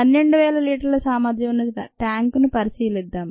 12000 లీటర్ల సామర్థ్యం ఉన్న ట్యాంకును పరిశీలిద్దాం